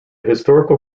historical